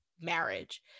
marriage